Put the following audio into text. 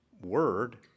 word